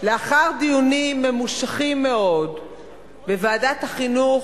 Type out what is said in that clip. לאחר דיונים ממושכים מאוד בוועדת החינוך,